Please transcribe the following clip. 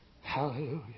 Hallelujah